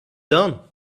done